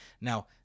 Now